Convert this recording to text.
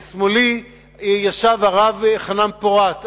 משמאלי ישב הרב חנן פורת,